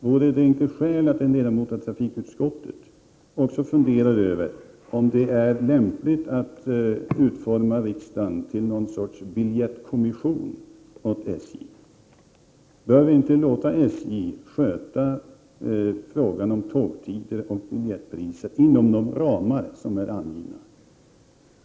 Vore det inte skäl för en ledamot av trafikutskottet att också fundera över om det är lämpligt att omforma riksdagen till någon sorts biljettkommission åt SJ? Bör vi inte låta SJ sköta frågor om tågtider och biljettpriser inom de ramar som är angivna?